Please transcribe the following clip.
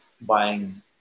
buying